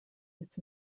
its